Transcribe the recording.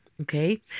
okay